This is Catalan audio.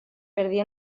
perdia